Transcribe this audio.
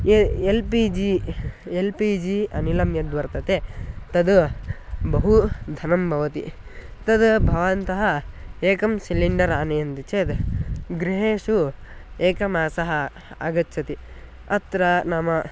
ए L P G L P G अनिलं यद्वर्तते तद् बहु धनं भवति तद् भवन्तः एकं सिलिण्डर् आनयन्ति चेत् गृहेषु एकमासः आगच्छति अत्र नाम